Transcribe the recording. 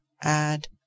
add